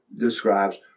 describes